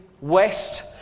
west